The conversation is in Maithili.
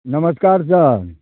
नमस्कार सर